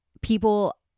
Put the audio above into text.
people